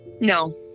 No